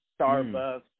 Starbucks